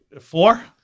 four